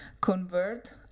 convert